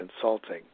consulting